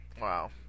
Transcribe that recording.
Wow